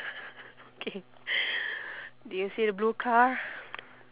K do you see the blue car